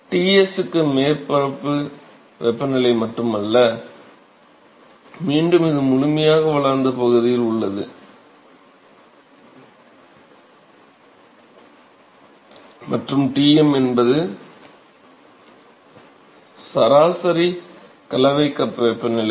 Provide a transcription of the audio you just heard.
Ts என்பது மேற்பரப்பு வெப்பநிலை மட்டுமல்ல மீண்டும் இது முழுமையாக வளர்ந்த பகுதியில் உள்ளது மற்றும் Tm என்பது சராசரி அல்லது கலவை கப் வெப்பநிலை